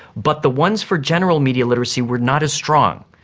but the ones for general media literacy were not as strong,